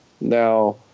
Now